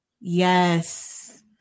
yes